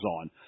on